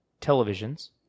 televisions